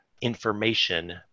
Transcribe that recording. information